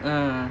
uh